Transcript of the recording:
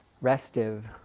restive